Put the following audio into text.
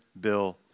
Bill